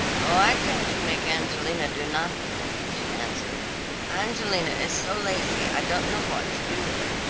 oh, i can't make angelina do nothing, she answered angelina is so lazy i don't know what to do with her.